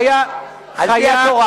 אבל החזיר, גם על-פי חז"ל, על-פי התורה.